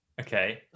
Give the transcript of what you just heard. Okay